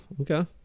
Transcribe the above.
Okay